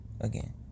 again